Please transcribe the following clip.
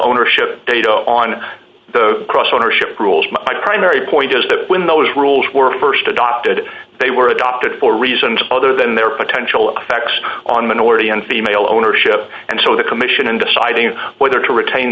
ownership of data on the cross ownership rules my primary point is that when those rules were st adopted they were adopted for reasons other than their potential effects on minority and female ownership and so the commission in deciding whether to retain